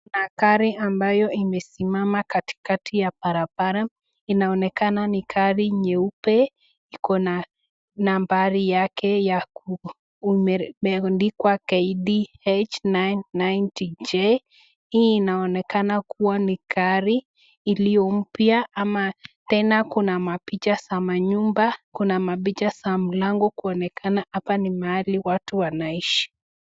Kuna gari ambayo imesimama katikati ya barabara inaonekana ni gari nyeupe, iko na nambari yake ya umeandikwa (cs)KDH-990J(cs),Hii inaonekana kuwa ni gari iliyo mpya ama tena kuna mapicha za manyumba. Kuna mapicha za mlango kuoenekana hapa ni mahali watu wanaishi.